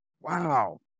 Wow